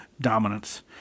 dominance